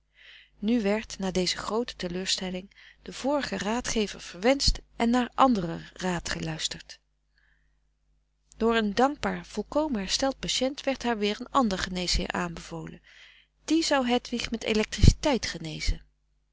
nu werd na deze groote teleurstelling de vorige raadgever verwenscht en naar anderer raad geluisterd door een dankbaar volkomen hersteld patient werd haar weer een ander geneesheer aanbevolen die zou hedwig met electriciteit genezen